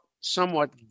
somewhat